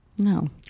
No